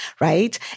Right